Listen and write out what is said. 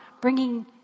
bringing